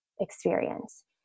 experience